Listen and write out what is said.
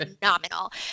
phenomenal